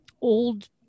old